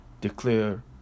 declare